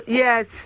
yes